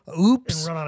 oops